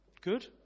Good